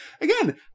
Again